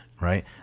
right